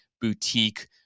boutique